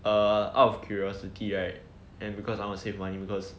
err out of curiosity right and because I would save money because